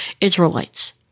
Israelites